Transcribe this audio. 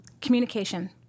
Communication